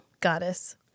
Goddess